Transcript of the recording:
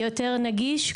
יותר נגיש,